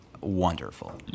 wonderful